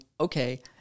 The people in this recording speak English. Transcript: okay